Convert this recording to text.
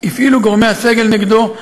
הפעילו גורמי הסגל כוח נגדו,